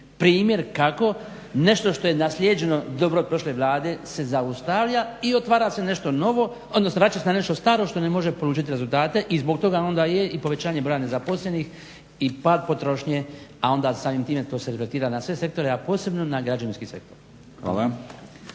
primjer kako nešto što je naslijeđeno dobro od prošle vlade se zaustavlja i otvara se nešto novo, odnosno vraća se na nešto staro što ne može polučit rezultate i zbog toga onda je i povećanje broja nezaposlenih i pad potrošnje, a onda samim time to se reflektira na sve sektore, a posebno na građevinski sektor.